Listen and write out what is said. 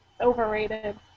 Overrated